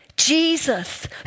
Jesus